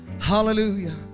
Hallelujah